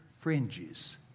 fringes